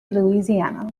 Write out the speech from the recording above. louisiana